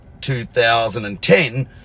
2010